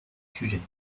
sujets